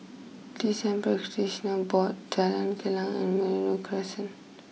T C M Practitioner Board Jalan Kilang and Merino Crescent